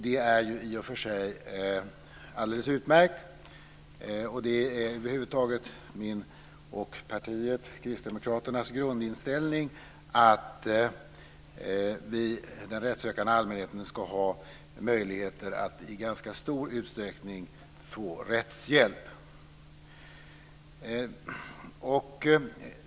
Det är i och för sig alldeles utmärkt. Det är över huvud taget min och partiet Kristdemokraternas grundinställning att den rättssökande allmänheten ska ha möjligheter att i ganska stor utsträckning få rättshjälp.